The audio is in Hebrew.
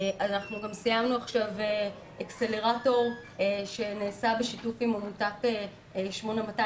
אנחנו גם סיימנו עכשיו אקסלרטור שנעשה בשיתוף עם עמותת 8200